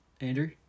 Andrew